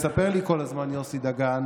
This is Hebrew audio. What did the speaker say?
מספר לי כל הזמן יוסי דגן